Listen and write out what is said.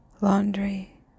laundry